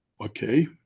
Okay